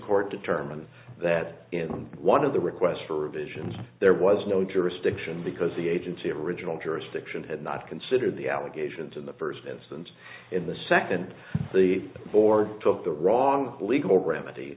court determined that in one of the requests for visions there was no jurisdiction because the agency original jurisdiction had not considered the allegations in the first instance in the second the board took the wrong legal remedy